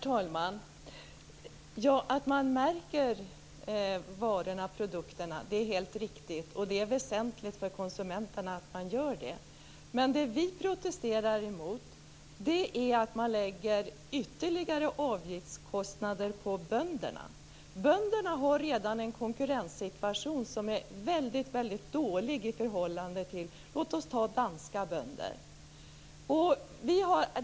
Herr talman! Att man märker produkterna är helt riktigt, och det är väsentligt för konsumenterna att så sker. Men det som vi protesterar emot är att man lägger ytterligare avgifter på bönderna. Våra bönder har redan en konkurrenssituation som är väldigt dålig i förhållande till exempelvis danska bönder.